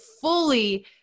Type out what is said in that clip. fully